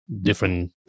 different